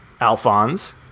Alphonse